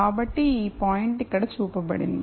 కాబట్టి ఈ పాయింట్ ఇక్కడ చూపబడింది